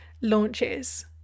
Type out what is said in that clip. launches